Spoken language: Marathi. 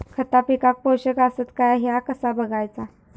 खता पिकाक पोषक आसत काय ह्या कसा बगायचा?